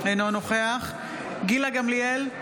אינו נוכח גילה גמליאל,